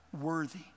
worthy